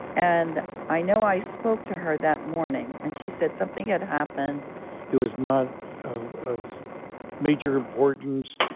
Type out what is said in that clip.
and i know i spoke to her that morning. and she said something had happened it was not of of major importance.